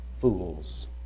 fools